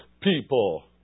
people